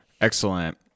Excellent